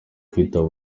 kwitaba